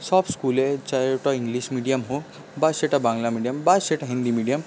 সব স্কুলে চাহে ওটা ইংলিশ মিডিয়াম হোক বা সেটা বাংলা মিডিয়াম বা সেটা হিন্দি মিডিয়াম